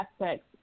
aspects